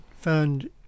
found